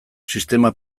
sistema